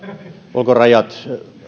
ulkorajat